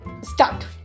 start